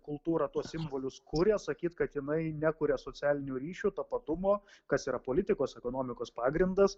kultūra tuos simbolius kuria sakyt kad jinai nekuria socialinių ryšių tapatumo kas yra politikos ekonomikos pagrindas